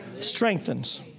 Strengthens